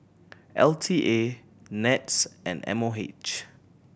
L T A NETS and M O H